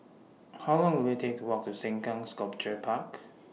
How Long Will IT Take to Walk to Sengkang Sculpture Park